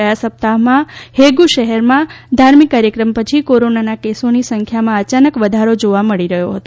ગયા સપ્તાહમાં હેગુ શહેરમાં ધાર્મિક કાર્યક્રમ પછી કોરોનાના કેસોની સંખ્યામાં અચાનક વધારો જોવા મળી રહ્યો છે